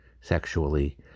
sexually